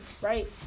right